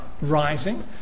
rising